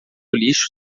lixo